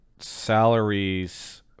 salaries